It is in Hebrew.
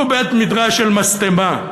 שהוא בית-מדרש של משטמה,